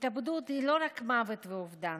התאבדות היא לא רק מוות ואובדן,